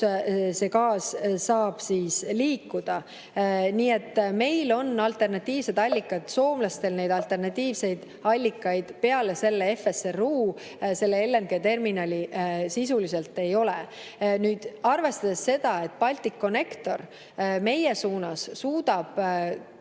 see gaas saab liikuda. Nii et meil on alternatiivsed allikad. Soomlastel neid alternatiivseid allikaid peale selle FSRU[-laeva], selle LNG-terminali sisuliselt ei ole. Arvestades seda, et Balticconnector meie suunas suudab